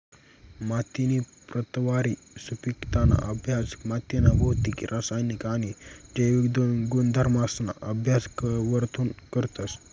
मातीनी प्रतवारी, सुपिकताना अभ्यास मातीना भौतिक, रासायनिक आणि जैविक गुणधर्मसना अभ्यास वरथून करतस